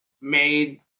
made